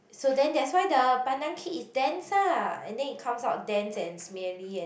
so then that's why the pandan cake is dense ah and then it comes out dense and smelly and